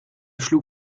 schlug